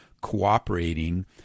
cooperating